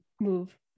move